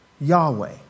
Yahweh